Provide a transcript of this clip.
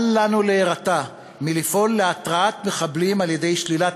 אל לנו להירתע מלפעול להרתעת מחבלים על-ידי שלילת